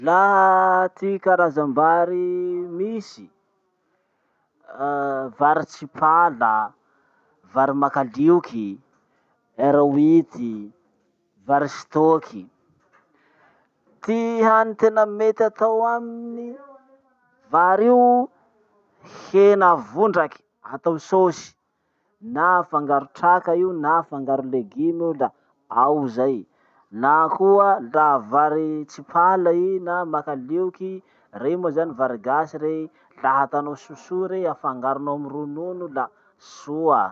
Laha ty karazam-bary misy: vary tsipala, vary makalioky, R huit, vary stock. Ty hany tena mety atao aminy vary io: hena vondraky, atao sôsy, na afangaro traka io na afangaro leguma io la ao zay. Na koa laha vary tsipala i na makalioky, rey moa zany vary gasy rey, laha ataonao sosoa rey afangaronao amy ronono la soa.